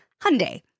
Hyundai